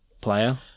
player